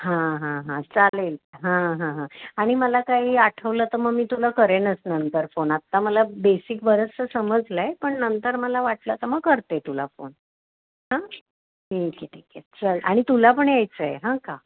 हां हां हां चालेल हां हां हां आणि मला काही आठवलं तर मग मी तुला करेनच नंतर फोन आत्ता मला बेसिक बरंचसं समजलं आहे पण नंतर मला वाटलं तर मग करते तुला फोन हां ठीक आहे ठीक आहे चल आणि तुला पण यायचं आहे हां का